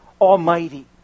Almighty